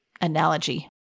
analogy